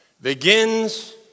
begins